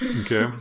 Okay